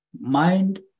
Mind